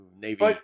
Navy